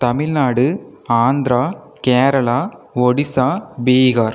Tamil Nadu Andhra Kerala Odisha Bihar